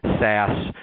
SaaS